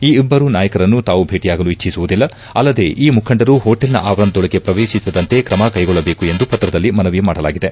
ಈ ಇಬ್ಬರೂ ನಾಯಕರನ್ನು ತಾವು ಭೇಟಿಯಾಗಲು ಇಚ್ಲಿಸುವುದಿಲ್ಲ ಅಲ್ಲದೆ ಈ ಮುಖಂಡರು ಹೋಟೆಲ್ನ ಆವರಣದೊಳಗೆ ಪ್ರವೇಶಿಸದಂತೆ ಕ್ರಮ ಕೈಗೊಳ್ಳಬೇಕೆಂದು ಪತ್ರದಲ್ಲಿ ಮನವಿ ಮಾಡಲಾಗಿದೆ